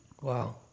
Wow